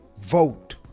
vote